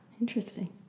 Interesting